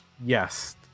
Yes